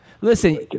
Listen